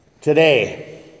today